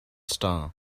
star